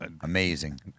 Amazing